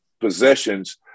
possessions